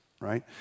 right